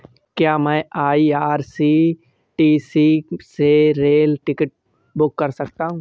क्या मैं आई.आर.सी.टी.सी से रेल टिकट बुक कर सकता हूँ?